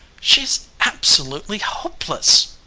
she's absolutely hopeless!